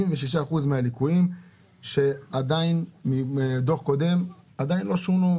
76% מהליקויים מדוח קודם עדיין לא שונו.